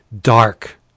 dark